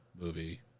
movie